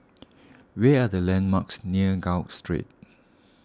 where are the landmarks near Gul Street